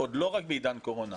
עוד לא רק בעידן קורונה,